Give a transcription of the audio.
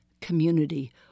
community